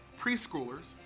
preschoolers